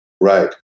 Right